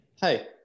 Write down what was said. Hey